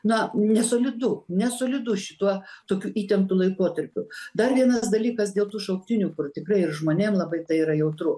na nesolidu nesolidu šituo tokiu įtemptu laikotarpiu dar vienas dalykas dėl tų šauktinių kur tikrai ir žmonėm labai tai yra jautru